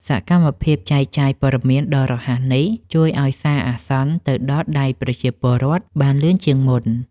សកម្មភាពចែកចាយព័ត៌មានដ៏រហ័សនេះ ជួយឱ្យសារអាសន្នទៅដល់ដៃប្រជាពលរដ្ឋបានលឿនជាងមុន។